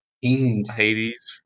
Hades